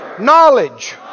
knowledge